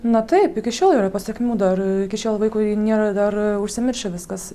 na taip iki šiol yra pasekmių dar iki šiol vaikui nėra dar užsimiršę viskas